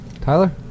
Tyler